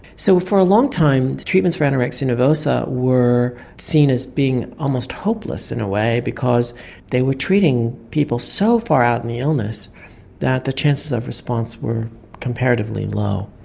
so for a long time the treatments for anorexia nervosa were seen as being almost hopeless, in a way, because they were treating people so far out in the illness that the chances of response were comparatively low.